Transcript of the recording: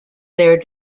their